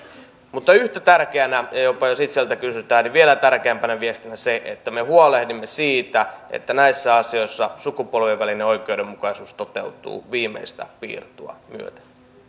mutta yhtä tärkeänä ja jopa jos itseltä kysytään vielä tärkeämpänä viestinä on se että me huolehdimme siitä että näissä asioissa sukupolvien välinen oikeudenmukaisuus toteutuu viimeistä piirtoa